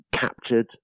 captured